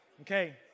Okay